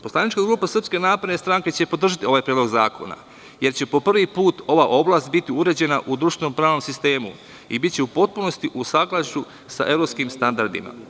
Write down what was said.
Poslanička grupa SNS će podržati ovaj predlog zakona jer će po prvi put ova oblast biti uređena u društveno pravnom sistemu i biće u potpunosti u saglašena sa evropskim standardima.